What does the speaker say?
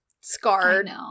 scarred